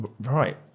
Right